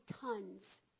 tons